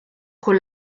con